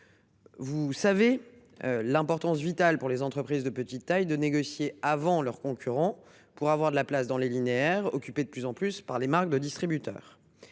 Vous savez l’importance vitale pour les entreprises de petite taille de négocier avant leurs concurrents pour avoir de la place dans les linéaires, lesquels sont occupés de plus en plus par les marques de distributeurs.